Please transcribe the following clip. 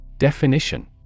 Definition